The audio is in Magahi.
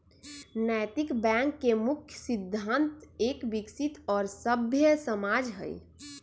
नैतिक बैंक के मुख्य सिद्धान्त एक विकसित और सभ्य समाज हई